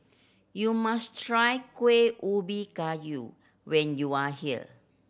you must try Kuih Ubi Kayu when you are here